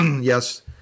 Yes